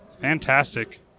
fantastic